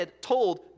told